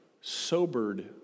sobered